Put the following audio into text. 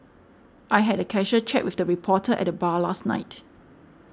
I had a casual chat with a reporter at the bar last night